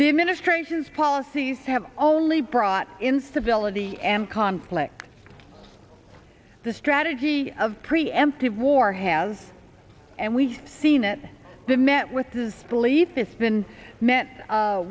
the administration's policies have only brought instability and conflict the strategy of preemptive war has and we've seen that the met with this belief this been met